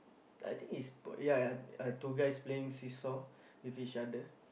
I think is ya ya uh two guys playing seesaw with each other